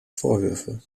vorwürfe